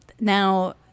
Now